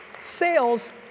Sales